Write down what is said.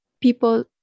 people